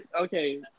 okay